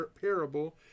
parable